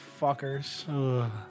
fuckers